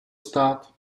stát